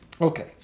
Okay